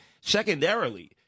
Secondarily